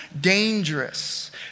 dangerous